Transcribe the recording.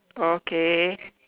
okay